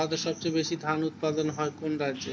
ভারতের সবচেয়ে বেশী ধান উৎপাদন হয় কোন রাজ্যে?